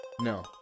No